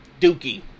dookie